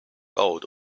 out